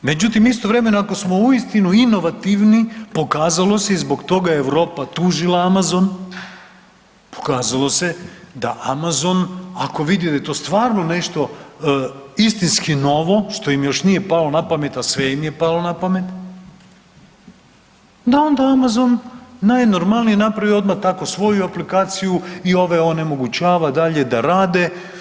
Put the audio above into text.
Međutim, istovremeno ako smo uistinu inovativni pokazalo se i zbog toga je Europa tužila Amazon, pokazalo se da Amazon ako vidi da je to stvarno nešto istinski novo što im još nije palo na pamet, a sve im je palo na pamet da onda Amazon najnormalnije napravi odmah tako svoju aplikaciju i ove onemogućava dalje da rade.